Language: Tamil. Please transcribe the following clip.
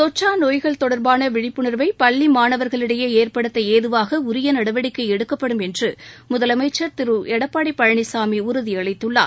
தொற்றா நோய்கள் தொடர்பான விழிப்புணர்வை பள்ளி மாணவர்களிடையே ஏற்படுத்த ஏதுவாக உரிய நடவடிக்கை எடுக்கப்படும் என்று முதலமைச்சர் திரு எடப்பாடி பழனிசாமி உறுதியளித்துள்ளார்